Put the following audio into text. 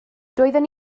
doeddwn